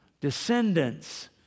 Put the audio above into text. descendants